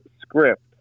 script